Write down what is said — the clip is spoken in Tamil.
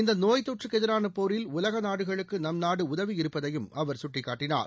இந்த நோய் தொற்றுக்கு எதிரான போரில் உலக நாடுகளுக்கு நம் நாடு உதவி இருப்பதையும் அவா் சுட்டிக்காட்டனார்